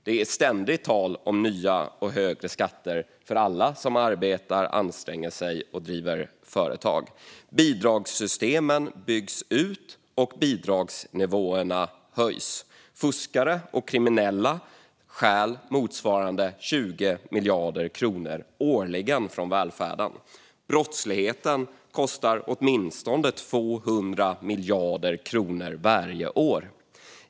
Det är ständigt tal om nya och högre skatter för alla som arbetar, anstränger sig och driver företag. Bidragssystemen byggs ut, och bidragsnivåerna höjs. Fuskare och kriminella stjäl motsvarande 20 miljarder kronor årligen från välfärden. Brottsligheten kostar åtminstone 200 miljarder kronor varje år.